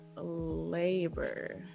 labor